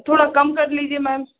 थोड़ा कम कर लीजिए मैम